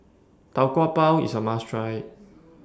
Tau Kwa Pau IS A must Try